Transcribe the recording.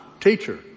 teacher